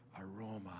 aroma